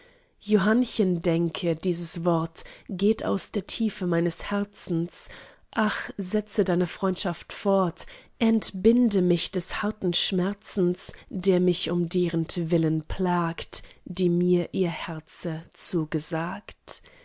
johannchen denke dieses wort geht aus der tiefe meines herzens ach setze deine freundschaft fort entbinde mich des harten schmerzens der mich um derentwillen plagt die mir ihr herze zugesagt